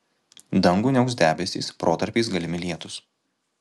dangų niauks debesys protarpiais galimi lietūs